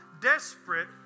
desperate